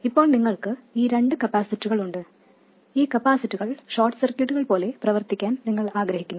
ഇപ്പോൾ നമുക്ക് ഈ രണ്ട് കപ്പാസിറ്ററുകൾ ഉണ്ട് ഈ കപ്പാസിറ്ററുകൾ ഷോർട്ട് സർക്യൂട്ടുകൾ പോലെ പ്രവർത്തിക്കാൻ നമ്മൾ ആഗ്രഹിക്കുന്നു